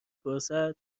پرسد